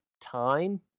time